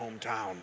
hometown